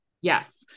Yes